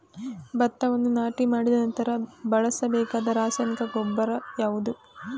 ಭತ್ತವನ್ನು ನಾಟಿ ಮಾಡಿದ ನಂತರ ಬಳಸಬೇಕಾದ ರಾಸಾಯನಿಕ ಗೊಬ್ಬರ ಯಾವುದು?